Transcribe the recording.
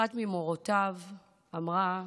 אחת ממורותיו אמרה: